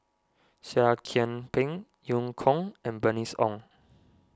Seah Kian Peng Eu Kong and Bernice Ong